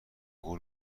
گول